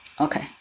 Okay